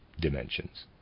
dimensions